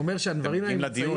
משרד החינוך